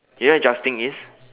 you know what jousting is